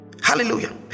Hallelujah